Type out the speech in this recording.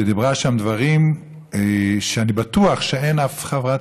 שאמרה שם דברים שאני בטוח שאין אף חברת